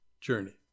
journey